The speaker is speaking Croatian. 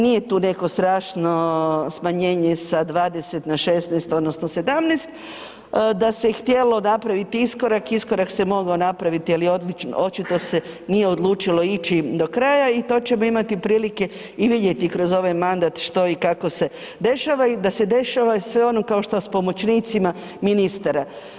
Ne, nije tu neko strašno smanjenje sa 20 na 16 odnosno 17, da se je htjelo napraviti iskorak, iskorak se mogao napraviti ali očito se nije odlučilo ići do kraja i to ćemo imati prilike i vidjeti kroz ovaj mandat što i kako se dešava i da se dešava sve ono kao što sa pomoćnicima ministara.